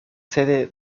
sede